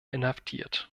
inhaftiert